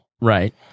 Right